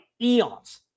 eons